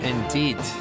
Indeed